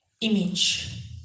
image